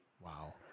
Wow